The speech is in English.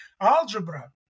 Algebra